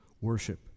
Worship